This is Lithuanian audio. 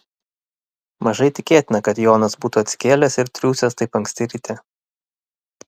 mažai tikėtina kad jonas būtų atsikėlęs ir triūsęs taip anksti ryte